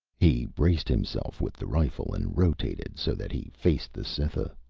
he braced himself with the rifle and rotated so that he faced the cytha.